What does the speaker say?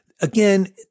again